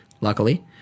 luckily